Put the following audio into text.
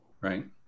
right